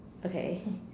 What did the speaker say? okay